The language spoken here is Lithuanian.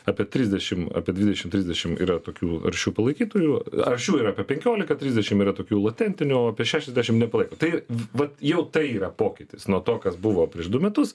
apie trisdešim apie dvidešim trisdešim yra tokių aršių palaikytojų aršių yra apie penkiolika trisdešim yra tokių latentinių o apie šešiasdešim nepalaiko tai vat jau tai yra pokytis nuo to kas buvo prieš du metus